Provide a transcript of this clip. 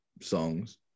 songs